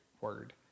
word